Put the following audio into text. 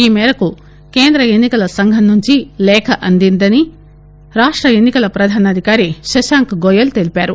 ఈఘేరకు కేంద్ర ఎన్ని కల సంఘం నుంచి లేఖ అందిందని రాష్ట ఎన్ని కల ప్రధానాధికారి శశాంక్ గోయల్ తెలిపారు